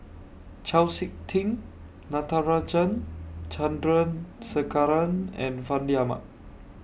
Chau Sik Ting Natarajan Chandrasekaran and Fandi Ahmad